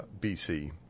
bc